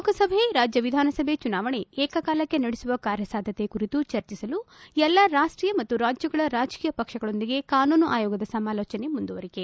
ಲೋಕಸಭೆ ಮತ್ತು ರಾಜ್ಯ ವಿಧಾನಸಭೆಗಳ ಚುನಾವಣೆ ಏಕಕಾಲಕ್ಷೆ ನಡೆಸುವ ಕಾರ್ಯಸಾಧ್ಯತೆ ಕುರಿತು ಚರ್ಚಿಸಲು ಎಲ್ಲಾ ರಾಷ್ಟೀಯ ಮತ್ತು ರಾಜ್ಯದ ರಾಜಕೀಯ ಪಕ್ಷಗಳೊಂದಿಗೆ ಕಾನೂನು ಆಯೋಗದ ಸಮಾಲೋಚನೆ ಮುಂದುವರಿಕೆ